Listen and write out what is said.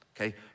okay